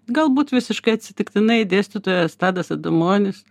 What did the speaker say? galbūt visiškai atsitiktinai dėstytojas tadas adomonis